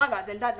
אלדד,